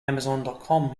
amazoncom